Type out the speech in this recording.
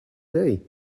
day